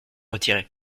retiré